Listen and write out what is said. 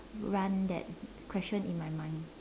run that question in my mind